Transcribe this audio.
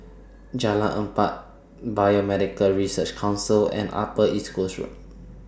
Jalan Empat Biomedical Research Council and Upper East Coast Road